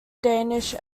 danish